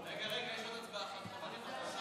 הממשלה על רצונה להחיל דין רציפות על